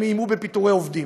הם איימו בפיטורי עובדים.